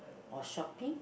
or shopping